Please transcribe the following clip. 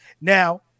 Now